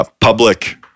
public